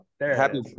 Happy